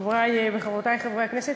חברי וחברותי חברי הכנסת,